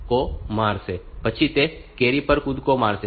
પછી તે કૅરી પર કૂદકો મારશે